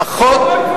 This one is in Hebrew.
היושב-ראש צודק.